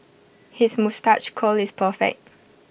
his moustache curl is perfect